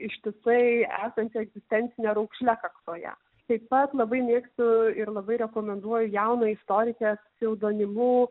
ištisai esantį egzistencine raukšle kaktoje taip pat labai mėgstu ir labai rekomenduoju jauną istorikę pseudonimu